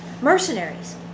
mercenaries